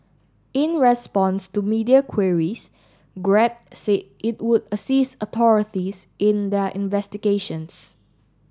in response to media queries Grab said it would assist authorities in their investigations